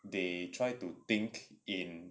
they try to think in